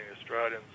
Australians